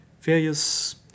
various